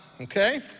okay